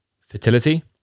fertility